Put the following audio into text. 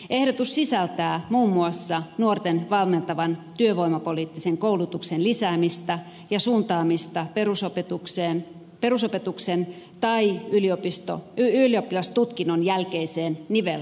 ehdotus sisältää muun muassa nuorten valmentavan työvoimapoliittisen koulutuksen lisäämistä ja suuntaamista perusopetuksen tai ylioppilastutkinnon jälkeiseen nivelvaiheeseen